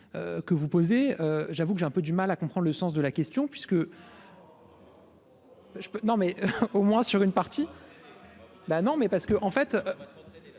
que vous posez, j'avoue que j'ai un peu du mal à comprendre le sens de la question puisque. Je peux non mais au moins sur une partie, ben non, mais parce qu'en fait,